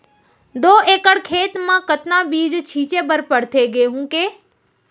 दो एकड़ खेत म कतना बीज छिंचे बर पड़थे गेहूँ के?